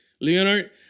Leonard